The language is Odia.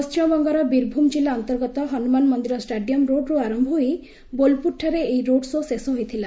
ପଣ୍ଟିମବଙ୍ଗର ବୀରଭୂମ୍ ଜିଲ୍ଲା ଅନ୍ତର୍ଗତ ହନୁମାନ ମନ୍ଦିର ଷ୍ଟାଡିୟମ୍ ରୋଡ୍ରୁ ଆରମ୍ଭ ହୋଇ ବୋଲ୍ପୁର୍ଠାରେ ଏହି ରୋଡ୍ ଶୋ' ଶେଷ ହୋଇଥିଲା